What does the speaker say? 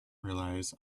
relies